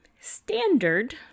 standard